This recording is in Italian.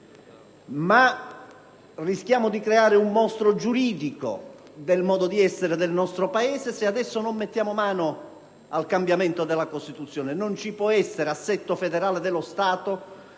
Rischiamo, però, di creare un mostro giuridico nel modo di essere del nostro Paese se adesso non mettiamo mano al cambiamento della Costituzione. Non ci può essere assetto federale dello Stato